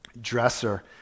dresser